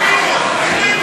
גינינו, גינינו.